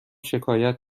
شکایت